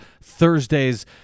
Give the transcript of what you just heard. Thursday's